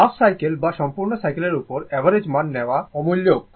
half cycle বা সম্পূর্ণ সাইকেলের উপর অ্যাভারেজ মান নেওয়া অমূলক